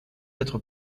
être